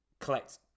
collect